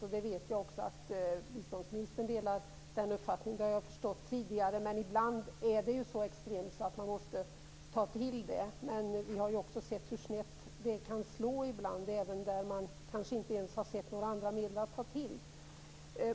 Jag vet att biståndsministern delar den uppfattningen. Det har jag förstått tidigare. Men ibland är det så extremt att man måste ta till det. Vi har också sett hur snett det kan slå ibland, även där man kanske inte ens har sett några andra medel att ta till.